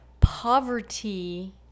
poverty